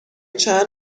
چند